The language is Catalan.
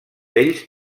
ells